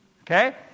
Okay